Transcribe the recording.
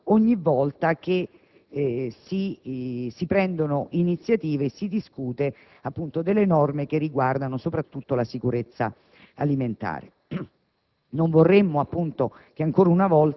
si deve far riferimento ogni volta che si prendono iniziative e si discute delle norme che riguardano soprattutto la sicurezza alimentare.